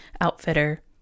outfitter